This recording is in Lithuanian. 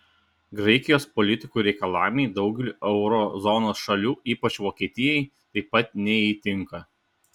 graikijos politikų reikalavimai daugeliui euro zonos šalių ypač vokietijai taip pat neįtinka